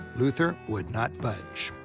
luther would not budge.